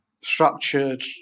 structured